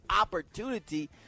opportunity